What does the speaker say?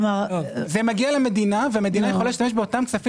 זה מגיע למדינה והמדינה יכולה להשתמש באותם כספים